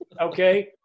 okay